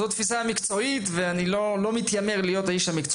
זאת התפיסה המקצועית ואני לא מתיימר להיות איש המקצוע